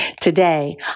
Today